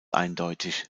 eindeutig